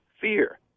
fear